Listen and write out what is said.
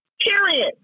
period